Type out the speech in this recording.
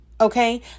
Okay